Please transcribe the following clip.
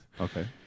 Okay